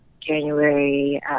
January